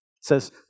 says